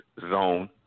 zone